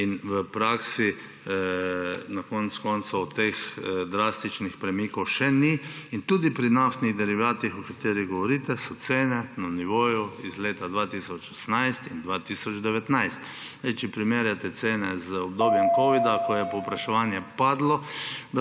in v praksi na konec koncev teh drastičnih premikov še ni. In tudi pri naftnih derivatih, o katerih govorite, so cene na nivoju iz leta 2018 in 2019. Če primerjate cene z obdobjem covida, ko je povpraševanje